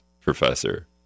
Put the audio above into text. professor